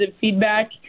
feedback